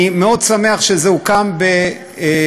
אני מאוד שמח שזה הוקם באיו"ש,